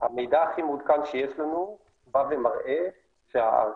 המידע הכי מעודכן שיש לנו מראה שהזמנים